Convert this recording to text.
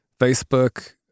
Facebook